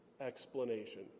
explanation